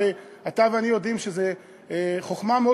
הרי אתה ואני יודעים שזו חוכמה מאוד